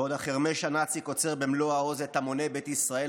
בעוד החרמש הנאצי קוצר במלוא העוז את המוני בית ישראל,